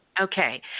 Okay